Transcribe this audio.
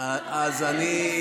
לא רק שאתם לא משנים, אתם מוסיפים.